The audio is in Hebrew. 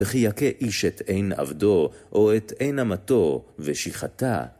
וכי יכה איש את עין עבדו, או את עין אמתו, ושיחתה.